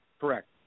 Correct